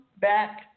back